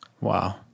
Wow